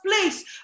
place